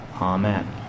amen